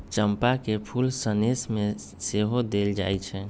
चंपा के फूल सनेश में सेहो देल जाइ छइ